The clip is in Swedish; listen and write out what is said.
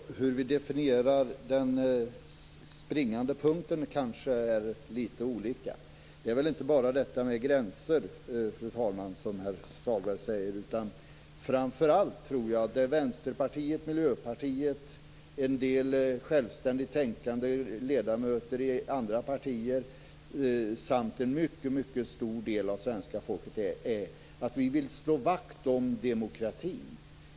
Fru talman! Hur vi definierar den springande punkten kanske är litet olika. Det handlar väl inte bara om detta med gränser, fru talman, som herr Sahlberg säger. Framför allt tror jag att det handlar om att Vänsterpartiet, Miljöpartiet och en del självständigt tänkande ledamöter i andra partier samt en mycket stor del av svenska folket vill slå vakt om demokratin.